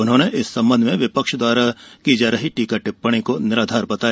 उन्होंने इस संबंध में विपक्ष द्वारा की जा रही टीका टिप्पणी को निराधार बताया